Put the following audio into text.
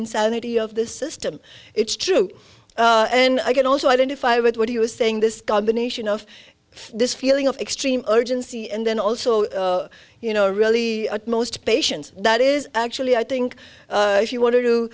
insanity of the system it's true and i can also identify with what he was saying this combination of this feeling of extreme urgency and then also you know really most patients that is actually i think if you wanted to